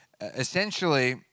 Essentially